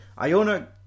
Iona